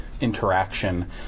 interaction